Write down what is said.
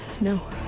No